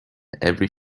every